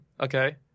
Okay